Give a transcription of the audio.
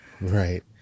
Right